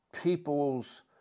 people's